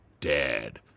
dead